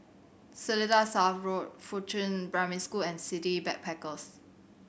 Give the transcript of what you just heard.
Seletar South Road Fuchun Primary School and City Backpackers